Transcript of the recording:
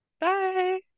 Bye